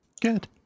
Good